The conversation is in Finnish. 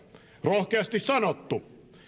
rohkeasti sanottu